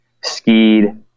skied